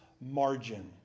margin